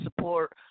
support